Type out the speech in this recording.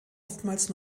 oftmals